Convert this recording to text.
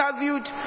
interviewed